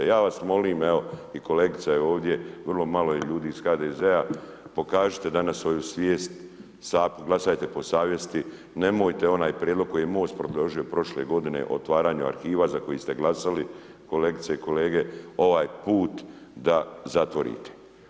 Ja vas molim evo i kolegica je ovdje, vrlo malo ljudi je iz HDZ-a, pokažite danas svoju svijest, glasajte po savjesti, nemojte onaj prijedlog koji je MOST predložio prošle godine o otvaranju arhiva za koji ste glasali, kolegice i kolege, ovaj put da zatvorite.